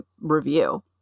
review